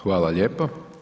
Hvala lijepo.